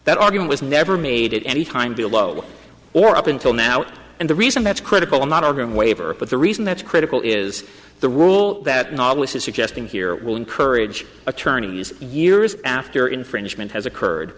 that argument was never made any time below or up until now and the reason that's critical i'm not arguing waver but the reason that's critical is the rule that novices suggesting here will encourage attorneys years after infringement has occurred